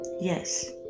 Yes